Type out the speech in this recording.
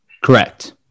Correct